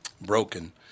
Broken